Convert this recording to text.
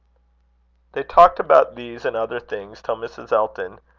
they talked about these and other things, till mrs. elton,